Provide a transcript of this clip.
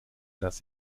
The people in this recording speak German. dass